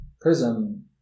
prism